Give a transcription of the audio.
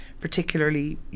particularly